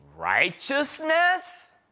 righteousness